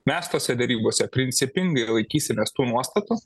mes tose derybose principingai laikysimės tų nuostatų